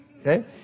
Okay